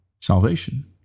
salvation